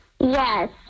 Yes